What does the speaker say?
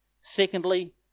Secondly